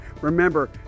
Remember